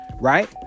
Right